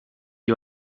you